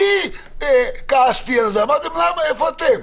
אני כעסתי על זה, אמרתי: איפה אתם?